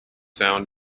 found